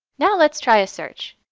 now let's try a search.